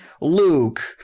Luke